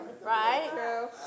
Right